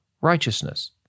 righteousness